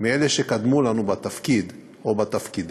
מזה של אלה שקדמו לנו בתפקיד או בתפקידים